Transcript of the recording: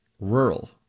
Rural